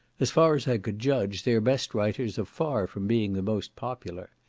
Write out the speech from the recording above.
as far as i could judge, their best writers are far from being the most popular.